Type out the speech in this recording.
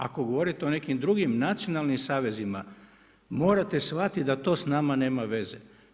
Ako govorite o nekim drugim nacionalnim savezima, morate shvatiti da to s nama nema veze.